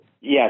Yes